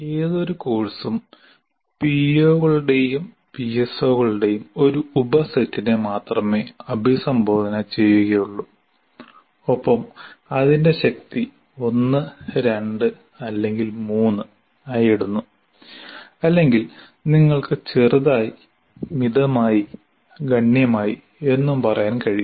ഏതൊരു കോഴ്സും പിഒകളുടെയും പിഎസ്ഒകളുടെയും ഒരു ഉപസെറ്റിനെ മാത്രമേ അഭിസംബോധന ചെയ്യുകയുള്ളൂ ഒപ്പം അതിന്റെ ശക്തി 1 2 അല്ലെങ്കിൽ 3 ആയി ഇടുന്നു അല്ലെങ്കിൽ നിങ്ങൾക്ക് ചെറുതായി മിതമായി ഗണ്യമായി എന്നും പറയാൻ കഴിയും